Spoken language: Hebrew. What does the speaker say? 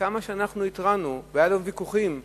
וכמה שאנחנו התרענו והיו לנו גם ויכוחים,